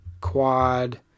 quad